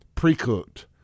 pre-cooked